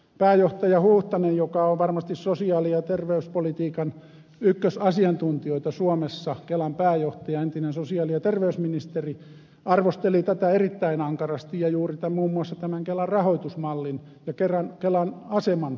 pääjohtaja huuhtanen joka on varmasti sosiaali ja terveyspolitiikan ykkösasiantuntijoita suomessa kelan pääjohtaja entinen sosiaali ja terveysministeri arvosteli tätä erittäin ankarasti juuri muun muassa tämän kelan rahoitusmallin ja kelan aseman näkökulmasta